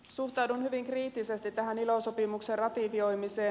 suhtaudun hyvin kriittisesti tähän ilo sopimuksen ratifioimiseen